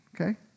okay